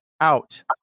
out